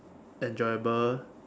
enjoyable